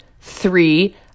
Three